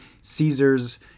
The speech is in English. Caesar's